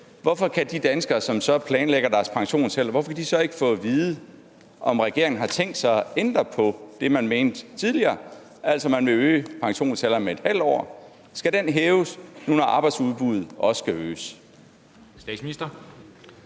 hvorfor kan de danskere, som planlægger deres pensionsalder, så ikke få at vide, om regeringen har tænkt sig at ændre på det, man mente tidligere, altså at man øger pensionsalderen med ½ år? Skal den hæves nu, når arbejdsudbuddet også skal øges?